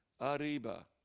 Arriba